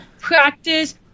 practice